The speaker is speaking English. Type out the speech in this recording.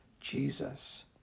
Jesus